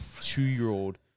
two-year-old